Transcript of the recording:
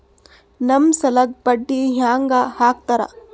ನಮ್ ಸಾಲಕ್ ಬಡ್ಡಿ ಹ್ಯಾಂಗ ಹಾಕ್ತಾರ?